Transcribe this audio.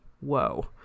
whoa